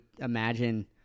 imagine